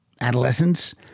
adolescence